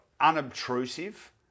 unobtrusive